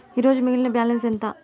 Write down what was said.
ఈరోజు మిగిలిన బ్యాలెన్స్ ఎంత?